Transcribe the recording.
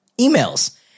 emails